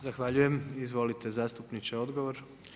Zahvaljujem, izvolite zastupniče odgovor.